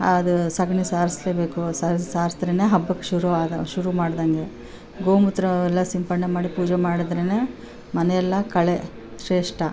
ಅದು ಸೆಗ್ಣಿ ಸಾರಿಸ್ಲೇಬೇಕು ಸಾರಿಸಿ ಸಾರ್ಸಿದ್ರೆಯೇ ಹಬ್ಬಕ್ಕೆ ಶುರು ಆಗೋ ಶುರು ಮಾಡ್ದಂಗೆ ಗೋ ಮೂತ್ರಯೆಲ್ಲ ಸಿಂಪಡ್ಣೆ ಮಾಡಿ ಪೂಜೆ ಮಾಡಿದ್ರೆಯೇ ಮನೆಯೆಲ್ಲ ಕಳೆ ಶ್ರೇಷ್ಠ